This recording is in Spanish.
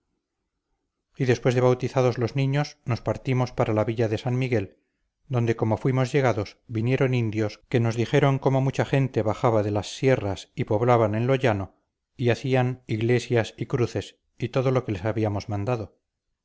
y después de bautizados los niños nos partimos para la villa de san miguel donde como fuimos llegados vinieron indios que nos dijeron cómo mucha gente bajaba de las sierras y poblaban en lo llano y hacían iglesias y cruces y todo lo que les habíamos mandado